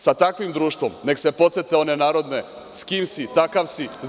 Sa takvim društvom neka se podsete one narodne – s kim si, takav si.